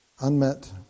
Unmet